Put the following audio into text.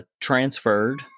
transferred